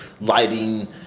lighting